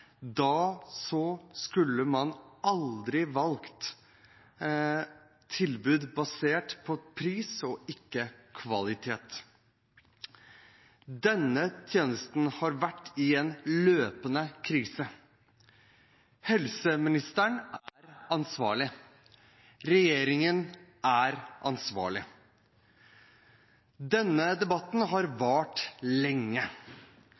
skulle man aldri valgt tilbud basert på pris og ikke kvalitet. Denne tjenesten har vært i en løpende krise. Helseministeren er ansvarlig. Regjeringen er ansvarlig. Denne debatten har vart lenge.